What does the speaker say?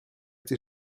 été